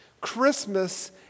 Christmas